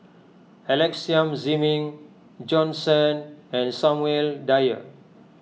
Alex Yam Ziming Jorn Shen and Samuel Dyer